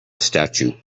statue